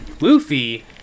Luffy